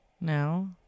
No